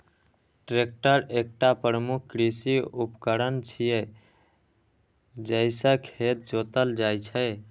tractor एकटा प्रमुख कृषि उपकरण छियै, जइसे खेत जोतल जाइ छै